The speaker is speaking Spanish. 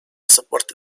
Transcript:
soporte